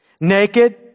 Naked